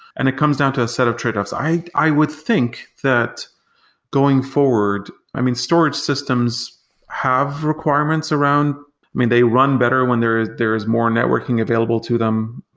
and it comes down to a set of tradeoffs. i i would think that going forward i mean storage systems have requirements around they run better when there is there is more networking available to them.